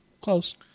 close